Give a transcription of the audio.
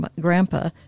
Grandpa